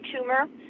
tumor